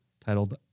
titled